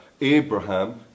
Abraham